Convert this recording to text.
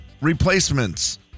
replacements